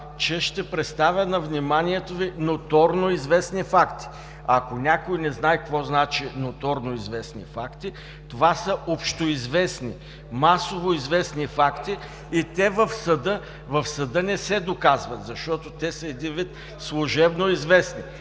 че ще представя на вниманието Ви ноторно известни факти. Ако някой не знае какво значи „ноторно известни факти“, това са общоизвестни, масово известни факти и те в съда не се доказват, защото са един вид служебно известни.